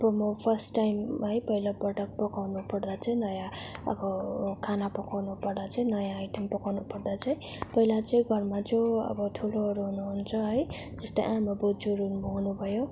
अब म first time है पहिलोपटक पकाउनुपर्दा चाहिँ नयाँ अब खाना पकाउनुपर्दा चाहिँ नयाँ आइटम पकाउनुपर्दा चाहिँ पहिला चाहिँ घरमा जो अब ठुलोहरू हुनुहुन्छ है जस्तै आमा बोजूहरू हुनुभयो